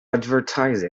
advertise